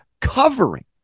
covering